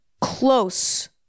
close